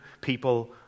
people